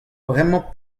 bremañ